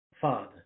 Father